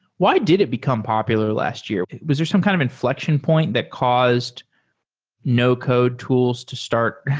why did it become popular last year? was there some kind of infl ection point that caused no-code tools to start